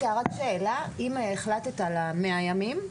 רגע רק שאלה, אם החלטת על 100 ימים,